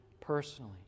personally